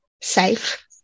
safe